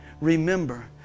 Remember